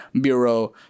bureau